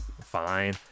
Fine